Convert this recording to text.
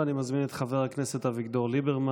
אני מזמין את חבר הכנסת אביגדור ליברמן